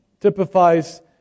typifies